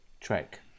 trek